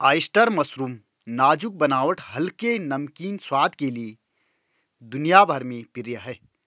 oyster mushroom नाजुक बनावट हल्के, नमकीन स्वाद के लिए दुनिया भर में प्रिय है